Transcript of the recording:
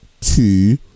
two